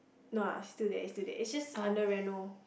no lah still there still there is just under reno